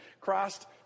Christ